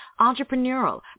entrepreneurial